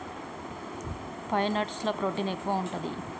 pine nuts ల protein ఎక్కువు ఉంటది